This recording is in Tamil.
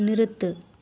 நிறுத்து